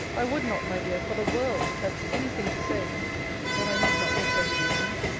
i would not, my dear, for the world, have any thing to say but i need not make resolutions.